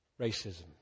racism